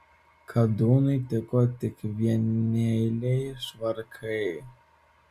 kadūnui tiko tik vieneiliai švarkai